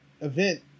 event